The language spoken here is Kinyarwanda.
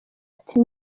ati